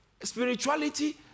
spirituality